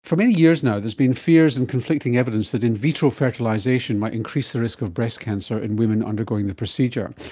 for many years now there's been fears and conflicting evidence that in vitro fertilisation might increase the risk of breast cancer in women undergoing the procedure.